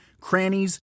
crannies